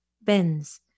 bends